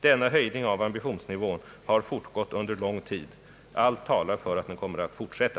Denna höjning av ambitionsnivån har fortgått under lång tid. Allt talar för att den kommer att fortsätta.